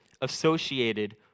associated